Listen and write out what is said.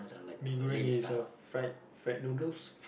mee-goreng is a fried fried noodles